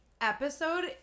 episode